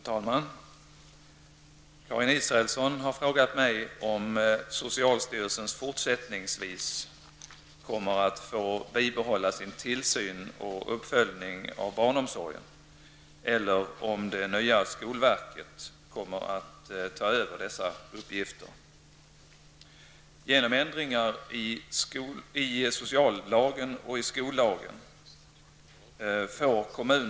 Herr talman! Karin Israelsson har frågat mig om socialstyrelsen fortsättningsvis kommer att få bibehålla sin tillsyn och uppföljning av barnomsorgen eller om det nya skolverket kommer att ta över dessa uppgifter.